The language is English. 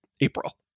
April